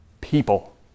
people